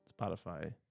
Spotify